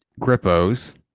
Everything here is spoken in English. Grippo's